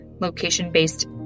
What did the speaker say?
location-based